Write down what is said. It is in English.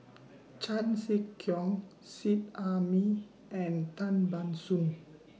Chan Sek Keong Seet Ai Mee and Tan Ban Soon